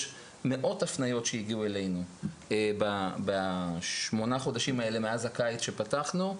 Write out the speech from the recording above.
יש מאות הפניות שהגיעו אלינו בשמונת החודשים האלה מאז הקיץ שבו פתחנו,